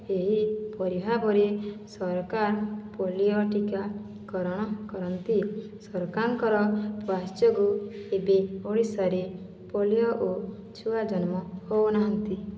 ଏହିପରି ଭାବରେ ପରେ ସରକାର ପୋଲିଓ ଟୀକାକରଣ କରନ୍ତି ସରକାରଙ୍କର ପ୍ରୟାଶ୍ ଯୋଗୁଁ ଏବେ ଓଡ଼ିଶାରେ ପୋଲିଓ ଓ ଛୁଆ ଜନ୍ମ ହେଉନାହାନ୍ତି